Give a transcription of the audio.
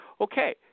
Okay